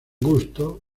gusto